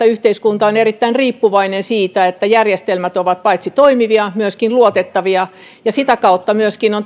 yhteiskunta on erittäin riippuvainen siitä että järjestelmät ovat paitsi toimivia myöskin luotettavia ja sitä kautta myöskin on